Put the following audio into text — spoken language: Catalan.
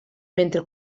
mentre